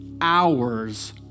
hours